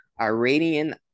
Iranian